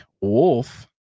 wolf